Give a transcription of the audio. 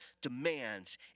demands